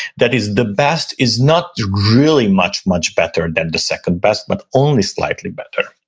that is the best is not really much, much better than the second best, but only slightly better.